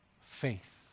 faith